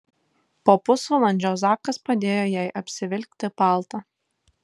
po pusvalandžio zakas padėjo jai apsivilkti paltą